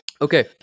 Okay